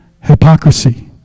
hypocrisy